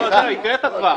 הקראת כבר.